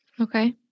Okay